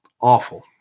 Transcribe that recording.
awful